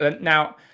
Now